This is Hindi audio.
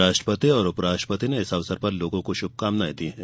राष्ट्रपति और उपराष्ट्रपति ने इस अवसर पर लोगों को श्भकामनाएं दी हैं